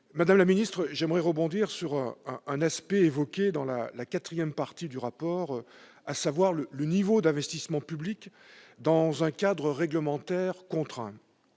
Madame la secrétaire d'État, j'aimerais rebondir sur un aspect évoqué dans la quatrième partie du rapport, à savoir le niveau d'investissement public dans un cadre réglementaire contraint.